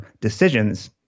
decisions